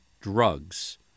drugs